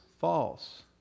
false